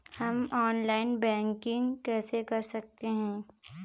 हम online banking कैसे कर सकते हैं?